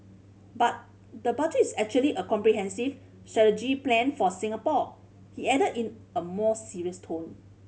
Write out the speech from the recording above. but the Budget is actually a comprehensive plan for Singapore he added in a more serious tone